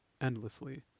endlessly